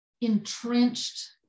entrenched